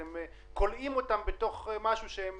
אתם כולאים אותם כך שהם